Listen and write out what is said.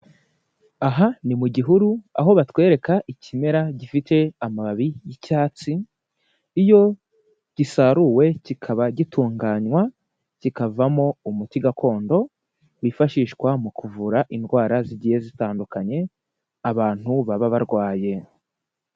Aha ni mu gihuru, aho batwereka ikimera gifite amababi y'icyatsi, iyo gisaruwe kikaba gitunganywa kikavamo umuti gakondo, wifashishwa mu kuvura indwara zigiye zitandukanye abantu baba barwaye.